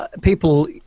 people